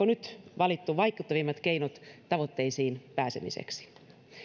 nyt valittu vaikuttavimmat keinot tavoitteisiin pääsemiseksi